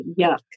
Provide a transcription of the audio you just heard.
Yuck